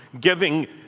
giving